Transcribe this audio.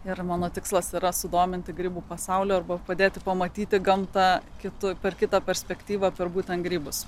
ir mano tikslas yra sudominti grybų pasaulį arba padėti pamatyti gamtą kitu per kitą perspektyvą per būtent grybus